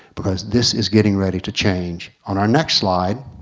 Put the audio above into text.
because this is getting ready to change. on our next slide.